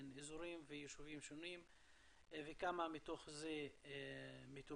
בין אזורים ויישובים שונים וכמה מתוך זה מטופל.